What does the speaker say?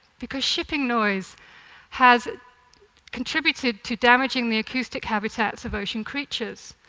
because shipping noise has contributed to damaging the acoustic habitats of ocean creatures.